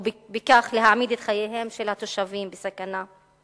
ובכך מעמיד את חייהם של התושבים בסכנה.